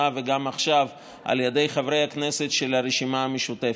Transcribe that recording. וגם עכשיו על ידי חברי הכנסת של הרשימה המשותפת,